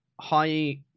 high